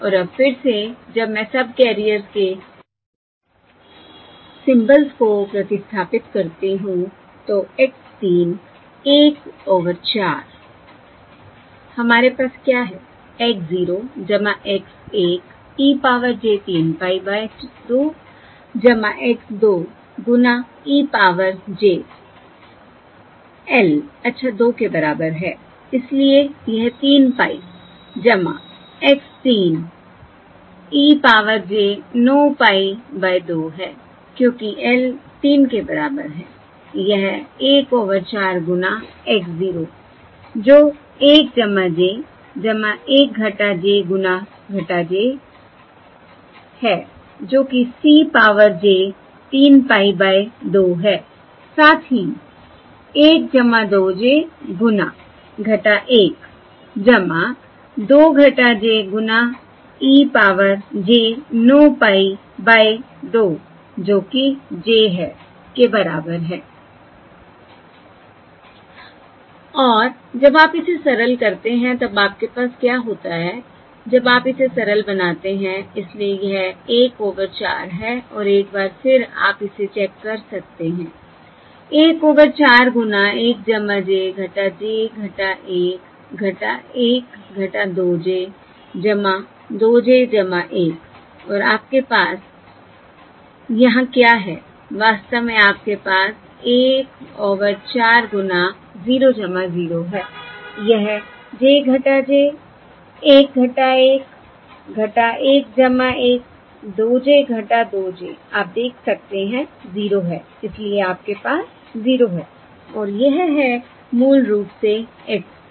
और अब फिर से जब मैं सबकैरियर्स के सिंबल्स को प्रतिस्थापित करती हूं तो x 3 1 ओवर 4 हमारे पास क्या है x 0 x 1 e power j 3 pie by 2 x 2 गुना e पावर j l अच्छा 2 के बराबर है इसलिए यह 3 pie x 3 e power j 9 pie by 2 है क्योंकि l 3 के बराबर है यह 1 ओवर 4 गुना x 0 जो 1 j 1 j गुणा j है जो कि e power j 3 pie by 2 है साथ ही 1 2 j गुना - 12 j गुना e power j 9 pie by 2 जो कि j है के बराबर है I और जब आप इसे सरल करते हैं तब आपके पास क्या होता है जब आप इसे सरल बनाते हैं इसलिए यह 1 ओवर 4 है और एक बार फिर आप इसे चेक कर सकते हैं 1 ओवर 4 गुना 1 j j 1 1 2 j 2 j 1 और आपके पास यहां क्या है वास्तव में आपके पास 1 ओवर 4 गुना 0 0 हैI यह j j 1 - 1 1 1 2 j 2 j आप देख सकते हैं 0 है इसलिए आपके पास 0 है और यह है मूल रूप से x 3